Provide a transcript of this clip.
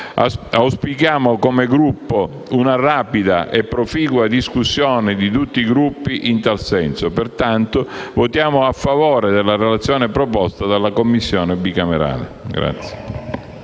Auspichiamo come Gruppo una rapida e proficua discussione di tutti i Gruppi in tal senso. Pertanto, voteremo a favore della relazione proposta dalla Commissione bicamerale.